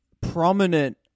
prominent